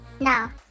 Now